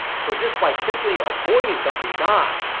so just by simply avoiding something, don,